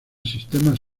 sistemas